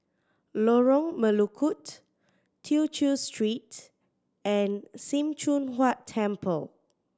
Lorong Melukut Tew Chew Street and Sim Choon Huat Temple